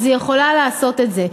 אז היא יכולה לעשות את זה,